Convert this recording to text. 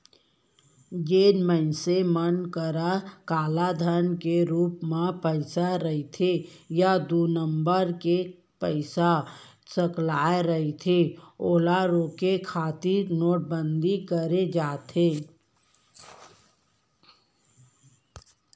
जेन मनसे मन करा कालाधन के रुप म पइसा रहिथे या दू नंबर के पइसा सकलाय रहिथे ओला रोके खातिर नोटबंदी करे जाथे